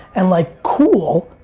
and like cool.